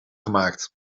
gemaakt